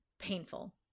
Painful